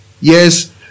Yes